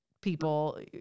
people